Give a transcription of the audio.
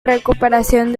recuperación